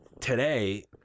today